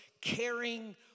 caring